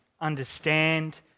understand